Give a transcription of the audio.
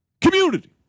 community